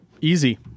Easy